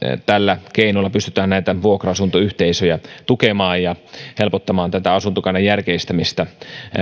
tällä keinolla pystytään näitä vuokra asuntoyhteisöjä tukemaan ja helpottamaan tätä asuntokannan järkeistämistä